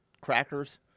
crackers